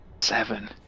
Seven